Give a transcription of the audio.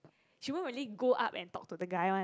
she won't really go up and talk to the guy one